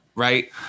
Right